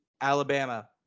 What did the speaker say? Alabama